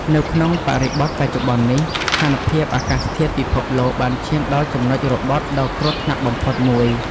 នៅក្នុងបរិបទបច្ចុប្បន្ននេះ ស្ថានភាពអាកាសធាតុពិភពលោកបានឈានដល់ចំណុចរបត់ដ៏គ្រោះថ្នាក់បំផុតមួយ។